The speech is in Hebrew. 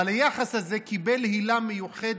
אבל היחס הזה קיבל הילה מיוחדת,